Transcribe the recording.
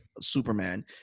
Superman